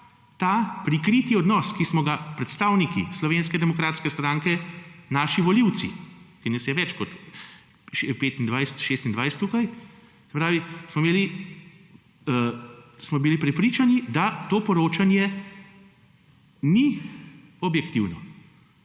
ta prikriti odnos, ki smo ga predstavniki Slovenske demokratske stranke naši volivci, ki nas je več kot 25, 26 tukaj se pravi smo bili prepričani, da to poročanje ni objektivno.